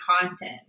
content